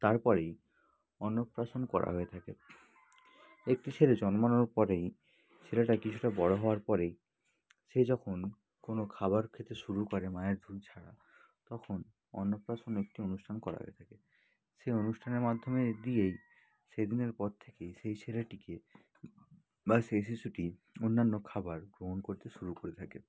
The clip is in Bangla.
তারপরেই অন্নপ্রাশন করা হয়ে থাকে একটি ছেলে জন্মানোর পরেই ছেলেটা কিছুটা বড়ো হওয়ার পরেই সে যখন কোনো খাবার খেতে শুরু করে মায়ের দুধ ছাড়া তখন অন্নপ্রাশন একটি অনুষ্ঠান করা হয়ে থাকে সেই অনুষ্ঠানের মাধ্যমে গিয়েই সেদিনের পর থেকেই সেই ছেলেটিকে বা সেই শিশুটি অন্যান্য খাবার গ্রহণ করতে শুরু করে থাকে